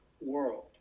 world